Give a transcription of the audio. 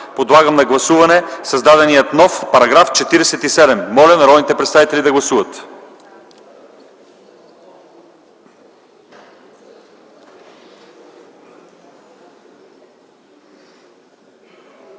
Подлагам на гласуване създадения нов § 47. Моля, народните представители да гласуват.